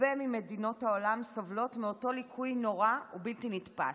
הרבה ממדינות העולם סובלות מאותו ליקוי נורא ובלתי נתפס,